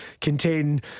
contain